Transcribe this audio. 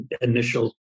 initial